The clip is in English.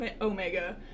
Omega